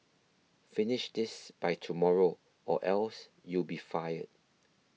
finish this by tomorrow or else you'll be fired